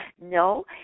No